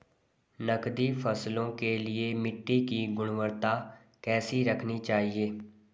नकदी फसलों के लिए मिट्टी की गुणवत्ता कैसी रखनी चाहिए?